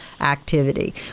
activity